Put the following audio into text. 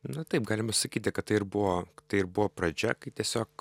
na taip galima sakyti kad tai ir buvo tai ir buvo pradžia kai tiesiog